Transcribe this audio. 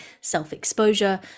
self-exposure